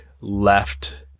left